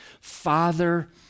Father